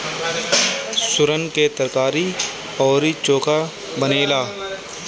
सुरन के तरकारी अउरी चोखा बनेला